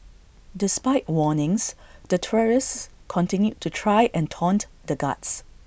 despite warnings the tourists continued to try and taunt the guards